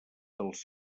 dels